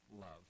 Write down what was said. love